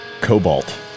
cobalt